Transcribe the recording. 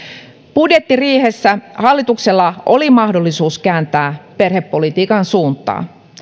budjettiriihessä hallituksella oli mahdollisuus kääntää perhepolitiikan suuntaan